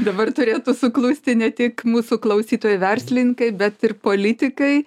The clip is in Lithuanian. dabar turėtų suklusti ne tik mūsų klausytojai verslininkai bet ir politikai